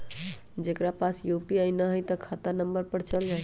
जेकरा पास यू.पी.आई न है त खाता नं पर चल जाह ई?